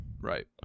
Right